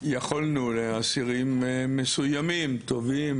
יכולנו לאסירים מסוימים טובים,